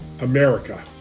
America